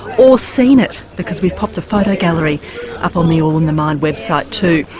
or seen it, because we've popped a photo gallery up on the all in the mind website too,